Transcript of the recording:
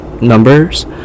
numbers